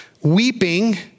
weeping